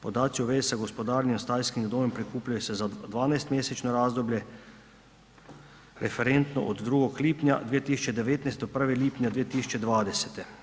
Podaci o vezi sa gospodarenjem stajskih gnojem prikupljaju se 12-mjesečno razdoblje referentno od 2. lipnja 2019. do 1. lipnja 2020.